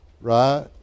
Right